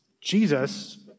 Jesus